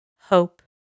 Hope